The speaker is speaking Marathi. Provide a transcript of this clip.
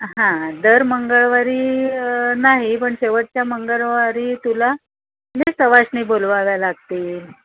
हां दर मंगळवारी नाही पण शेवटच्या मंगळवारी तुला मी सवाष्णी बोलवाव्या लागतील